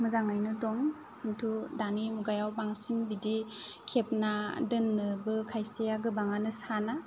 मोजाङैनो दं नाथाय दानि मुगायाव बांसिन बिदि खेबना दोननोबो खायसेया गोबाङानो साना